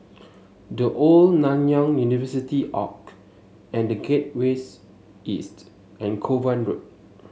The Old Nanyang University Arch and The Gateways East and Kovan Road